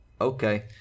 Okay